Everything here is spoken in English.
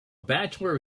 bachelor